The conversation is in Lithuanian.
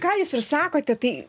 ką jūs ir sakote tai